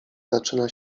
zaczyna